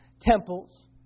temples